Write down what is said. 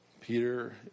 Peter